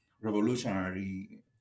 revolutionary